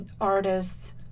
artists